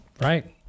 Right